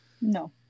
No